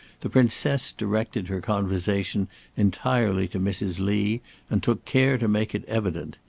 the princess directed her conversation entirely to mrs. lee and took care to make it evident.